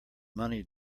money